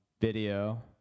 video